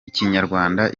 ikinyarwanda